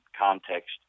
context